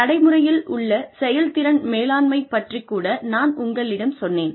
நடைமுறையில் உள்ள செயல்திறன் மேலாண்மை பற்றிக் கூட நான் உங்களிடம் சொன்னேன்